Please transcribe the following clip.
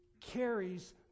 carries